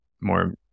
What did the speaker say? more